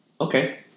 Okay